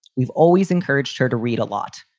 we've always encouraged her to read a lot.